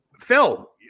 Phil